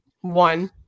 one